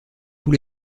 tous